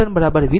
923 volt છે